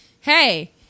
hey